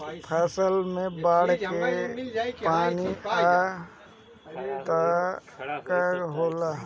फसल मे बाढ़ के पानी आई त का होला?